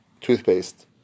toothpaste